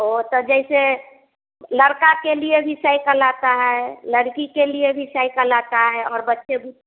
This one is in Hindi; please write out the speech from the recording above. वह तो जैसे लड़का के लिए भी साइकल आता है लड़की के लिए भी साइकल आता है और बच्चे भी